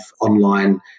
online